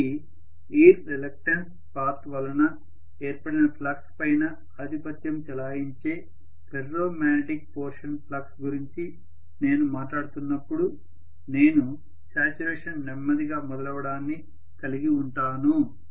కాబట్టి air reluctance path వలన ఏర్పడిన ఫ్లక్స్ పైన ఆధిపత్యం చెలాయించే ఫెర్రో మాగ్నెటిక్ పోర్షన్ ఫ్లక్స్ గురించి నేను మాట్లాడుతున్నప్పుడు నేను శాచ్యురేషన్ నెమ్మదిగా మొదలవడాన్ని కలిగివుంటాను